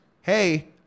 hey